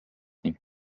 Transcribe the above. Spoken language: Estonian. ning